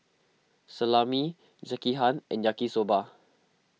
Salami Sekihan and Yaki Soba